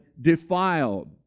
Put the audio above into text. defiled